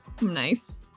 nice